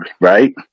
Right